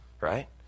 right